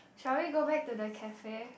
shall we go back to the cafe